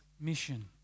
mission